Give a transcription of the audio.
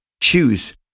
choose